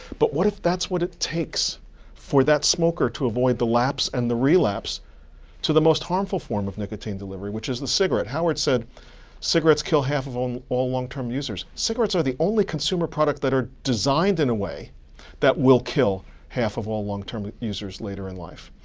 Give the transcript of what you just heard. but what if that's what it takes for that smoker to avoid the lapse and the relapse to the most harmful form of nicotine delivery, delivery, which is the cigarette. howard said cigarettes kill half of um all long-term users. cigarettes are the only consumer product that are designed in a way that will kill half of all long-term users later in life.